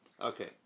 Okay